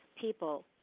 people